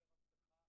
יותר אבטחה,